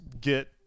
get